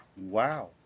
Wow